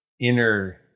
inner